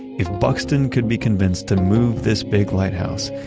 if buxton could be convinced to move this big lighthouse,